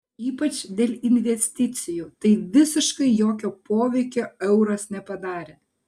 ypač dėl investicijų tai visiškai jokio poveikio euras nepadarė